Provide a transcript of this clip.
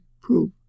proof